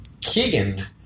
Keegan